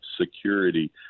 security